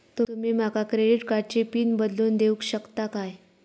तुमी माका क्रेडिट कार्डची पिन बदलून देऊक शकता काय?